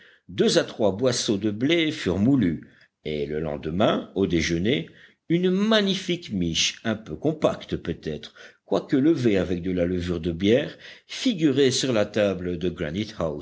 deux à trois boisseaux de blé furent moulus et le lendemain au déjeuner une magnifique miche un peu compacte peut-être quoique levée avec de la levure de bière figurait sur la table de